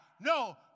no